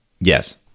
Yes